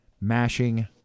mashing